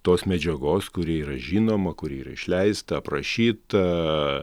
tos medžiagos kuri yra žinoma kuri yra išleista aprašyta